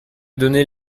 donner